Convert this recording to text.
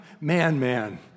Man-Man